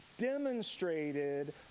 demonstrated